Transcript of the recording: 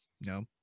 No